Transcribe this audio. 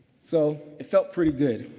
so it felt pretty good.